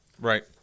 Right